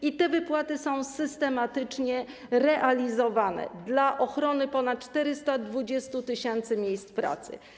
I te wypłaty są systematycznie realizowane - dla ochrony ponad 420 tys. miejsc pracy.